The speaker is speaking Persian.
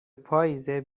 پاییزه